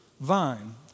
vine